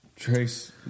Trace